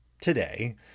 today